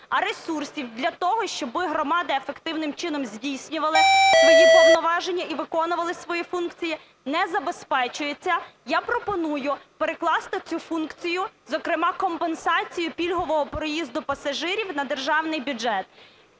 а ресурсів для того, щоб громади ефективним чином здійснювали свої повноваження і виконували свої функції, не забезпечується, я пропоную перекласти цю функцію, зокрема, компенсацію пільгового проїзду пасажирів, на державний бюджет.